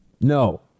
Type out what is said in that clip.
No